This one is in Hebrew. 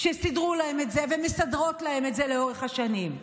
שסידרו להם את זה ומסדרות להם את זה לאורך השנים.